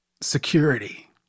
security